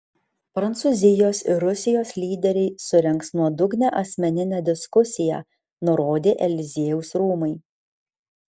prancūzijos ir rusijos lyderiai surengs nuodugnią asmeninę diskusiją nurodė eliziejaus rūmai